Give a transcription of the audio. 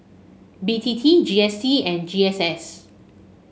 B T T G S T and G S S